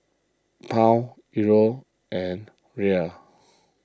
Pound Euro and Riel